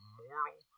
mortal